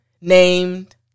named